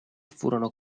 furono